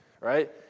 right